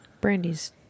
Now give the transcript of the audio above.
Brandy's